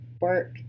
work